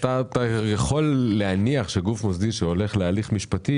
אתה יכול להניח שגוף מוסדי שהולך להליך משפטי,